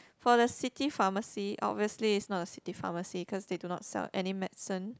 for the city pharmacy obviously is not a city pharmacy cause they do not sell any medicine